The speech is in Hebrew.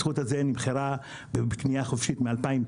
הזכות הזאת נמכרה בקנייה חופשית מ-2015,